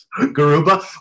Garuba